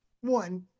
one